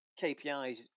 KPIs